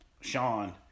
Sean